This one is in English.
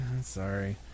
sorry